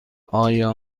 آیا